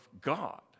God